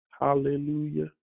Hallelujah